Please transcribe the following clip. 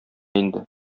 инде